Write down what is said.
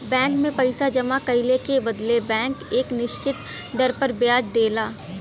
bank में पइसा जमा कइले के बदले बैंक एक निश्चित दर पर ब्याज देला